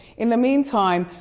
in the meantime,